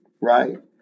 right